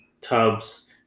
tubs